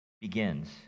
begins